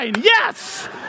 yes